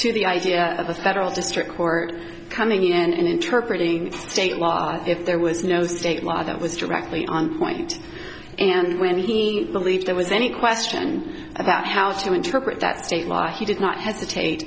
to the idea of a federal district court coming in and interpret ing state law if there was no state law that was directly on point and when he believed there was any question about how to interpret that state why he did not hesitate